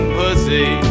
pussy